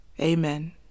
Amen